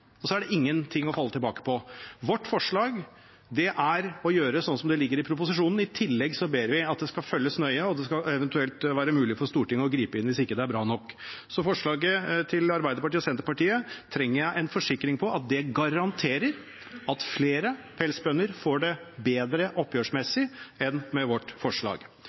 og så er det ingenting å falle tilbake på. Vårt forslag er å gjøre slik det ligger inne i proposisjonen, og i tillegg ber vi om at det skal følges nøye, og at det eventuelt skal være mulig for Stortinget å gripe inn hvis det ikke er bra nok. Så når det gjelder forslaget fra Arbeiderpartiet og Senterpartiet, trenger jeg en forsikring på at det garanterer at flere pelsdyrbønder får det bedre oppgjørsmessig, enn de får med vårt forslag.